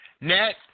Net